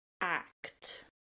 act